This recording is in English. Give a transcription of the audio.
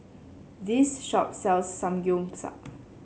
this shop sells Samgyeopsal